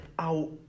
out